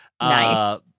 Nice